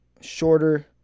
shorter